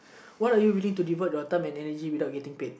what are you willing to devote you time and energy without getting paid